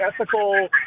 ethical